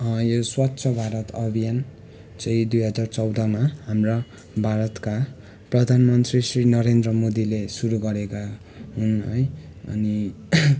यो स्वच्छ भारत अभियान चाहिँ दुई हजार चौधमा हाम्रा भारतका प्रधानमन्त्री श्री नरेन्द्र मोदीले सुरु गरेका हुन् है अनि